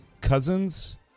cousins